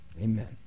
Amen